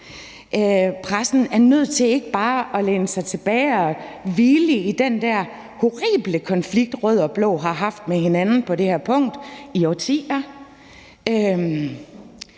Pressen er nødt til ikke bare at læne sig tilbage og hvile i den der horrible konflikt, rød og blå blok har haft med hinanden på det her punkt i årtier,